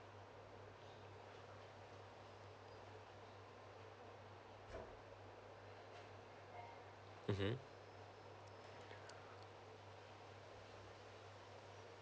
mmhmm